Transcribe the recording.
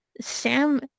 Sam